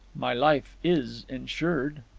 my life is insured.